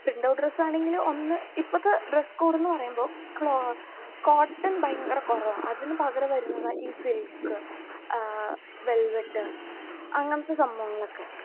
print out ഡ്രസ്സാണെങ്കിൽ ഒന്ന് ഇപ്പോഴത്തെ ഡ്രസ്സ് കോഡെന്നു പറയുമ്പോൾ കോട്ടൺ ഭയങ്കര കുറവാണ് അതിനു പകരം വരുന്നതാണ് ഈ സിൽക്ക് വെൽവെറ്റ് അങ്ങനത്തെ സംഭവങ്ങളൊക്കെ